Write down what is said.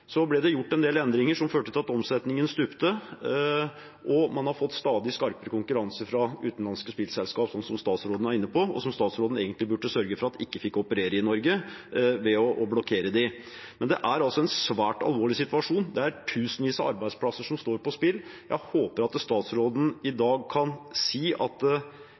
Så ble det gjort en del endringer som førte til at omsetningen stupte, og man har fått stadig skarpere konkurranse fra utenlandske spillselskap, som statsråden er inne på, og som statsråden egentlig burde sørge for at ikke fikk operere i Norge, ved å blokkere dem. Det er altså en svært alvorlig situasjon. Det er tusenvis av arbeidsplasser som står på spill. Jeg håper at statsråden i dag kan si at